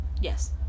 yes